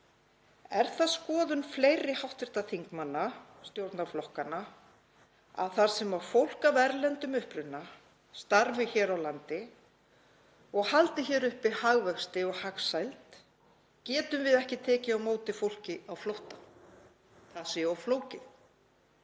Er það skoðun fleiri hv. þingmanna stjórnarflokkanna að þar sem fólk af erlendum uppruna starfi hér á landi og haldi uppi hagvexti og hagsæld getum við ekki tekið á móti fólki á flótta, það sé of flókið?